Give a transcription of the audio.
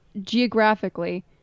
geographically